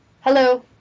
Hello